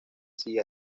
sigue